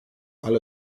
ale